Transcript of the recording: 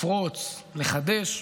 לפרוץ, לחדש.